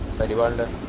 thirty one and